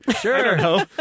Sure